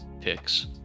picks